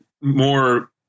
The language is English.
more